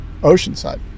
Oceanside